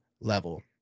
level